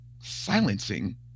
silencing